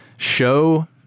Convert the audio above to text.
Show